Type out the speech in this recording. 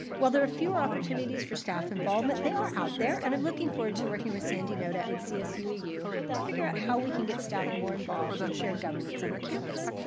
while there are fewer opportunities for staff involvement, they are out there, and i'm looking forward to working with sandy noda and csu eu to figure out how we can get staff more involved in shared governance on our campus.